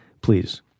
please